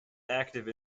active